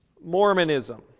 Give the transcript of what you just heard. Mormonism